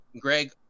Greg